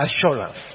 assurance